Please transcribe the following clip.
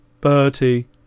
Bertie